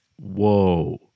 Whoa